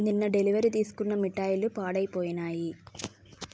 నిన్న డెలివరీ తీసుకున్న మిఠాయిలు పాడైపోయినాయి